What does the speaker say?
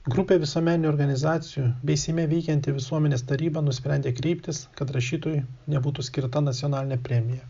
grupė visuomeninių organizacijų bei seime veikianti visuomenės taryba nusprendė kreiptis kad rašytojui nebūtų skirta nacionalinė premija